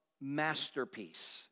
masterpiece